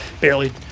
barely